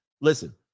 listen